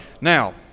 Now